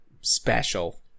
special